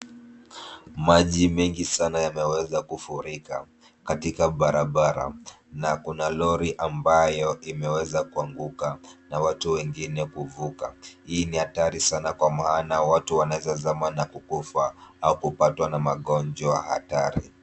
Maji mengi sana yameweza kufurika katika barabara, na kuna Lori ambayo imeweza kuanguka na watu wengine kuvuka. Hii ni hatari sana kwa maana watu wanaweza zama na kukufa, au kupatwa na magonjwa hatari.